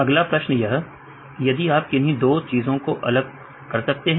अगला प्रश्न है यदि आप किन्हीं दो चीजों को अलग कर सकते हैं